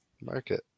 market